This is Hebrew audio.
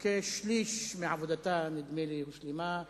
כשליש מעבודתה, נדמה לי, הושלמה.